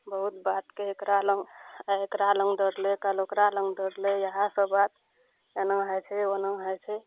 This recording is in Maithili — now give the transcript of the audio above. बहुत बातके एकरा लग अइ एकरा लग दौड़लय कालि ओकरा लग दौड़लै इएह सब बात एना होइ छै ओना हइ छै